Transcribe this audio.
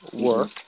work